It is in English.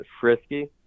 frisky